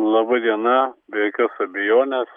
laba diena be jokios abejonės